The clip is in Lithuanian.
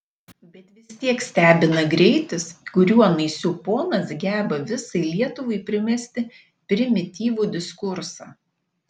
bet vis tiek stebina greitis kuriuo naisių ponas geba visai lietuvai primesti primityvų diskursą